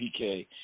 PK